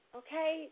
okay